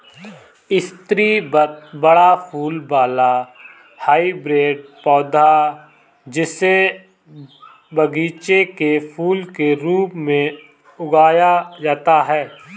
स्रीवत बड़ा फूल वाला हाइब्रिड पौधा, जिसे बगीचे के फूल के रूप में उगाया जाता है